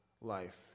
life